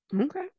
okay